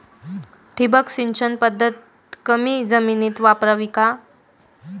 ठिबक सिंचन पद्धत कमी जमिनीत वापरावी का?